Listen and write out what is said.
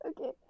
Okay